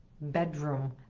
bedroom